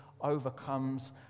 overcomes